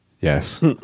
Yes